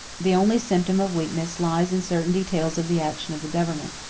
the only symptom of weakness lies in certain details of the action of the government.